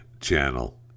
channel